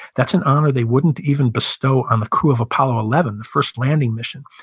that's an honor they wouldn't even bestow on the crew of apollo eleven, the first landing mission,